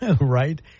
right